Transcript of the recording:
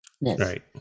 right